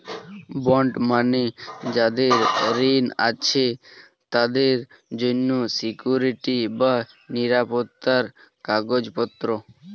bond মানে যাদের ঋণ আছে তাদের জন্য সিকুইরিটি বা নিরাপত্তার কাগজপত্র